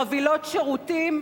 חבילות שירותים,